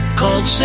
called